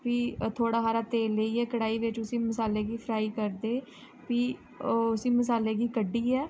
फ्ही थोह्ड़ा हारा तेल लेइयै कड़ाई बिच्च उसी मसाले गी फ्राई करदे फ्ही ओह् उसी मसाले गी कड्ढियै